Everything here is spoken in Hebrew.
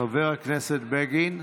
חבר הכנסת בגין,